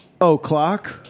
O'Clock